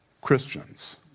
Christians